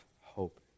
hope